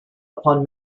upon